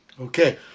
Okay